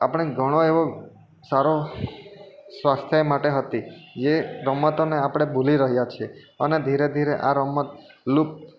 આપણે ઘણો એવો સારો સ્વાસ્થ્ય માટે હતી જે રમતોને આપણે ભૂલી રહ્યા છીએ અને ધીરે ધીરે આ રમત લુપ્ત